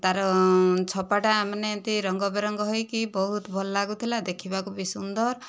ତା'ର ଛପାଟା ମାନେ ଏମିତି ରଙ୍ଗ ବେରଙ୍ଗ ହୋଇକି ବହୁତ ଭଲ ଲାଗୁଥିଲା ଦେଖିବାକୁ ବି ସୁନ୍ଦର